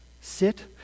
sit